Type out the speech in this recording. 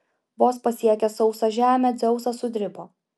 vos pasiekęs sausą žemę dzeusas sudribo